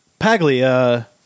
Pagli